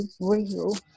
real